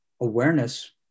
awareness